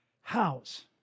house